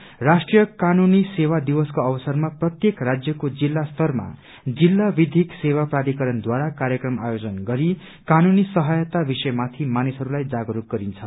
उल्लेखनीय छ राष्ट्रीय कानूनी सेवा दिवसको अवसरमा प्रत्येक राज्यको जिल्ला स्तरमा जिल्ला विथिक सेवा प्राथिकरणद्वारा कार्यक्रम आयोजन गरी कानूनी सहायता विषयमाथि मानिसहरूलाई जागरूक गरिन्छ